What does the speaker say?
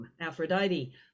Aphrodite